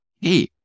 Hey